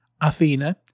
Athena